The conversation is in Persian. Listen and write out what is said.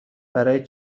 برای